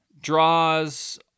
draws